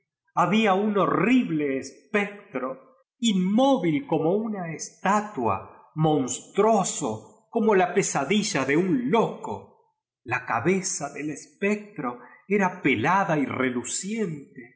había nn horrible espectro in móvil como una estatua monstruoso corno la pesadilla de un loco iji ru taza del espectro era pelada y re